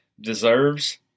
deserves